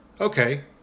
Okay